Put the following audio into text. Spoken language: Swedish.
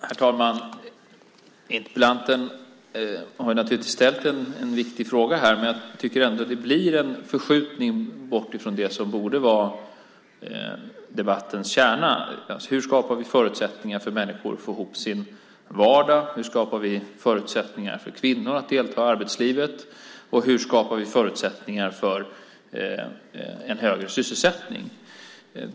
Herr talman! Interpellanten har ställt en viktig fråga här. Jag tycker ändå att det blir en förskjutning bort från det som borde vara debattens kärna. Hur skapar vi förutsättningar för människor att få ihop sin vardag? Hur skapar vi förutsättningar för kvinnor att delta i arbetslivet? Hur skapar vi förutsättningar för en högre sysselsättning?